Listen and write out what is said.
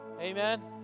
Amen